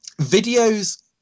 videos